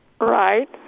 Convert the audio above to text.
Right